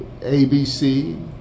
ABC